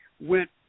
went